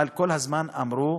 כל הזמן אמרו: